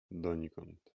donikąd